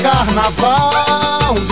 Carnaval